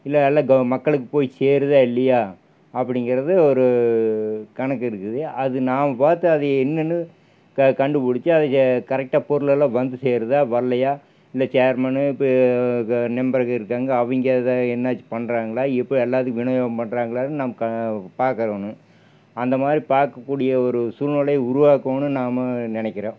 இல்லை எல்லா க மக்களுக்கு போயி சேருதா இல்லையா அப்படிங்கிறது ஒரு கணக்கு இருக்குது அது நான் பார்த்த அது என்னன்னு க கண்டுபிடித்து அதை ஏ கரெக்டாக பொருளெல்லாம் வந்து சேருதா வரலையா இந்த சேர்மனு பே க மெம்பருக இருக்காங்க அவங்க இதை என்னாச்சு பண்றாங்களா எப்போ எல்லாத்துக்கும் வினியோகம் பண்றாங்களான் நம் கா பார்க்கறோனு அந்த மாதிரி பார்க்கக்கூடிய ஒரு சூழ்நிலையை உருவாக்கணும் நாம் நினைக்கிறோம்